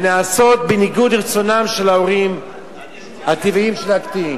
שנעשות בניגוד לרצונם של ההורים הטבעיים של הקטינים.